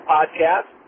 Podcast